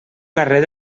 carrer